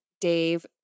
Dave